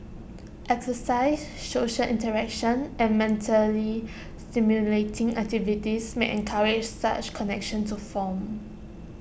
exercise social interaction and mentally stimulating activities may encourage such connections to form